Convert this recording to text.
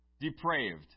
depraved